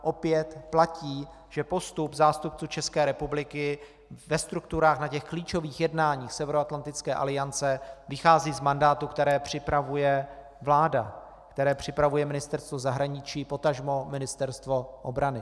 Opět platí, že postup zástupců České republiky ve strukturách na těch klíčových jednáních Severoatlantické aliance vychází z mandátů, které připravuje vláda, které připravuje Ministerstvo zahraničí, potažmo Ministerstvo obrany.